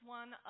one